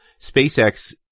SpaceX